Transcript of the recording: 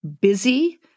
busy